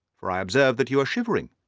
for i observe that you are shivering.